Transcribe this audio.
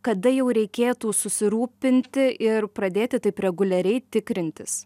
kada jau reikėtų susirūpinti ir pradėti taip reguliariai tikrintis